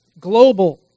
global